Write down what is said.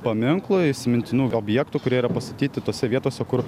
paminklo įsimintinų objektų kurie yra pastatyti tose vietose kur